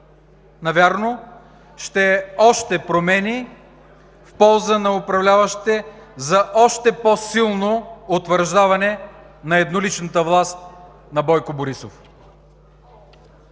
Навярно ще са още промени в полза на управляващите за още по-силно утвърждаване на едноличната власт на Бойко Борисов.